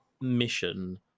mission